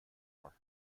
more